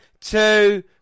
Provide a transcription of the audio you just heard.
two